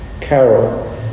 Carol